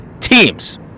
teams